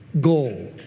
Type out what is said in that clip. goal